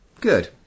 Good